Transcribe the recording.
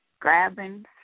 grabbing